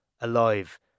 alive